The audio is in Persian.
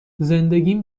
زندگیم